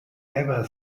never